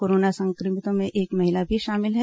corona संक्रमितों में एक महिला भी शामिल है